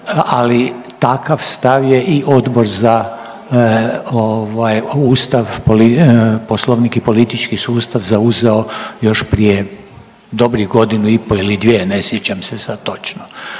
ali takav je stav i Odbor za Ustav, Poslovnik i politički sustav zauzeo još prije dobrih godinu i po' ili dvije, ne sjećam se sad točno.